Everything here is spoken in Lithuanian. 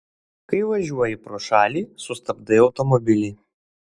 kai važiuoji pro šalį sustabdai automobilį